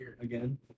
again